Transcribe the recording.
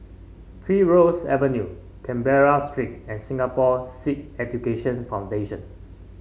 Primrose Avenue Canberra Street and Singapore Sikh Education Foundation